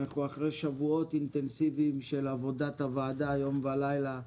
אנחנו אחרי שבועות אינטנסיביים של עבודת הוועדה יום ולילה,